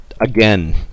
again